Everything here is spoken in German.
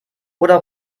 oder